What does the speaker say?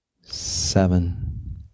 Seven